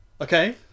okay